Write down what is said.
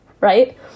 right